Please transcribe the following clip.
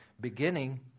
beginning